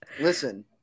Listen